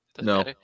No